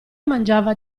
mangiava